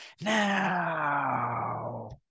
Now